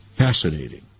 fascinating